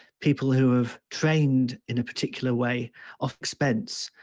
people who have trained in a particular way of expense